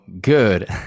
good